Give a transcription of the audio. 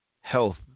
health